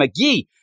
McGee